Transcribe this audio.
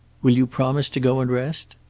will you promise to go and rest?